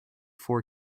four